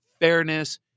fairness